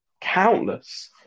countless